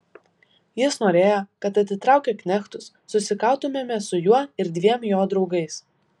jis norėjo kad atitraukę knechtus susikautumėme su juo ir dviem jo draugais